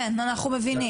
כן אנחנו מבינים.